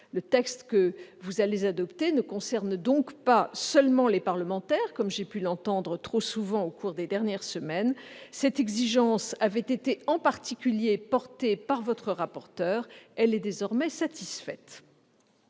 B2 est vierge. Le texte ne concerne donc pas seulement les parlementaires, comme j'ai pu l'entendre trop souvent au cours des dernières semaines. Cette exigence avait été en particulier portée par votre rapporteur. Elle est désormais satisfaite.